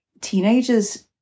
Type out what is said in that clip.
teenagers